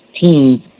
teams